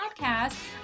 podcast